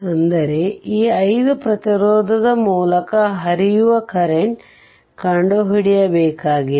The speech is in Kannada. ಅಂದರೆ ಈ 5 ಪ್ರತಿರೋಧದ ಮೂಲಕ ಹರಿಯುವ ಕರೆಂಟ್ ಕಂಡುಹಿಡಿಯಬೇಕಾಗಿದೆ